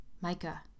Micah